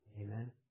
Amen